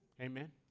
Amen